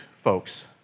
folks